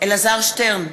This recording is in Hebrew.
אלעזר שטרן,